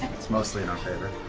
it's mostly in our favor.